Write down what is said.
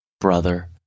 brother